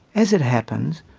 as it happens,